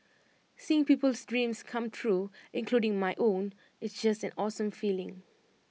seeing people's dreams come true including my own it's just an awesome feeling